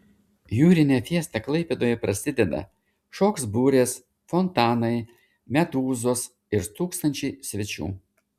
jūrinė fiesta klaipėdoje prasideda šoks burės fontanai medūzos ir tūkstančiai svečių